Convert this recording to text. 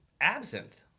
absinthe